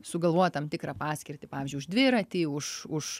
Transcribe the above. sugalvoja tam tikrą paskirtį pavyzdžiui už dviratį už už